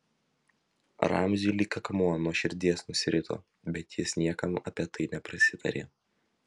ramziui lyg akmuo nuo širdies nusirito bet jis niekam apie tai neprasitarė